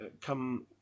come